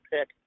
pick